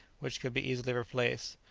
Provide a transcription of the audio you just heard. which could be easily replaced.